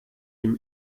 ihm